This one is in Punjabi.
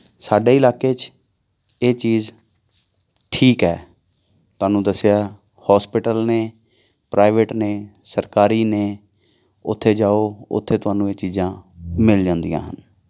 ਸਾਡੇ ਇਲਾਕੇ 'ਚ ਇਹ ਚੀਜ਼ ਠੀਕ ਹੈ ਤੁਹਾਨੂੰ ਦੱਸਿਆ ਹੋਸਪਿਟਲ ਨੇ ਪ੍ਰਾਈਵੇਟ ਨੇ ਸਰਕਾਰੀ ਨੇ ਉੱਥੇ ਜਾਉ ਉੱਥੇ ਤੁਹਾਨੂੰ ਇਹ ਚੀਜ਼ਾਂ ਮਿਲ ਜਾਂਦੀਆਂ ਹਨ